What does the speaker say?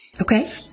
Okay